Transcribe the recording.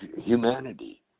humanity